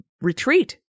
retreat